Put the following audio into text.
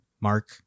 Mark